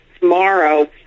tomorrow